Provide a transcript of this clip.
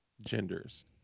genders